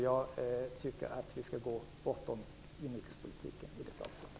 Jag tycker att vi skall stå bortom inrikespolitiken i det fallet.